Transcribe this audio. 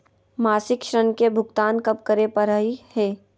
मासिक ऋण के भुगतान कब करै परही हे?